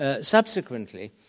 subsequently